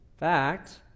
fact